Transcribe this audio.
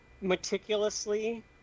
meticulously